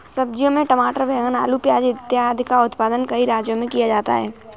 सब्जियों में टमाटर, बैंगन, आलू, प्याज इत्यादि का उत्पादन कई राज्यों में किया जाता है